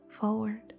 forward